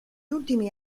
ultimi